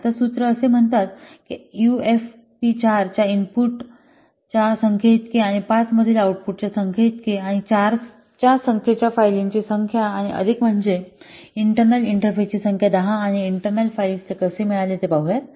तर आता सूत्र असे म्हणतो की यूएफपी 4 च्या इनपुटच्या संख्येइतके आणि 5 मधील आऊटपुटच्या संख्येइतके आणि 4 च्या संख्येच्या फायलींची संख्या आणि अधिक म्हणजे इंटरनल इंटरफेसची संख्या 10 आणि इंटर्नल फाइल्स ते कसे मिळाले हे पाहूया